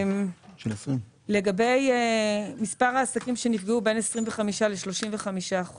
לגבי מספר העסקים שנפגעו בין 25% 35%